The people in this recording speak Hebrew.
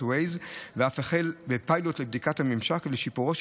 Waze ואף החל פיילוט לבדיקת הממשק ושיפורו,